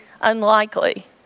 unlikely